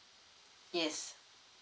yes